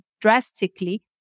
drastically